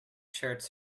shirts